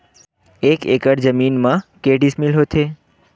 एक एकड़ जमीन मा के डिसमिल होथे?